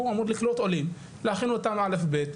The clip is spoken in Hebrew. הוא אמור לקלוט עולים להכין אותם אלף בית,